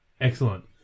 Excellent